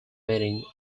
meaning